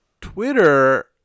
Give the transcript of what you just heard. Twitter